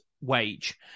wage